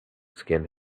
skin